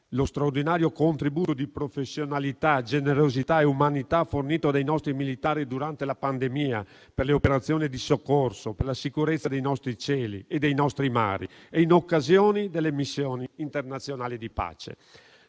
allo straordinario contributo di professionalità, generosità e umanità fornito dai nostri militari durante la pandemia per le operazioni di soccorso, per la sicurezza dei nostri cieli e dei nostri mari e in occasione delle missioni internazionali di pace.